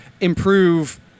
improve